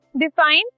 define